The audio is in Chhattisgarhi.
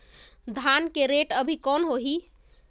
धान के रेट अभी कौन होही?